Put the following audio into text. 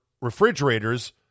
refrigerators